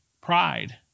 pride